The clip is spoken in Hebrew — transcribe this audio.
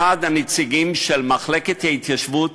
אחד הנציגים של מחלקת ההתיישבות